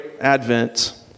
Advent